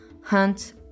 hunt